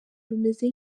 rumeze